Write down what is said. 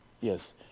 Yes